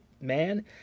man